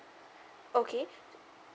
okay